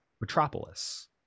Metropolis